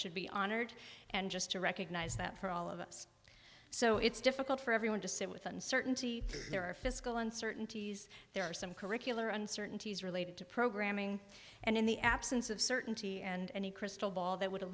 should be honored and just to recognize that for all of us so it's difficult for everyone to sit with uncertainty there are fiscal uncertainties there are some curricular uncertainties related to programming and in the absence of certainty and a crystal ball that would